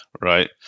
Right